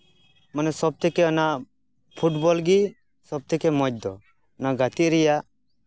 ᱢᱟᱱᱮ ᱥᱚᱵ ᱛᱷᱮᱠᱮ ᱚᱱᱟ ᱯᱷᱩᱴᱵᱚᱞ ᱜᱮ ᱥᱚᱵ ᱛᱷᱮᱠᱮ ᱢᱚᱸᱡ ᱫᱚ ᱱᱚᱶᱟ ᱜᱟᱛᱮᱜ ᱨᱮᱭᱟᱜ